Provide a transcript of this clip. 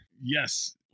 Yes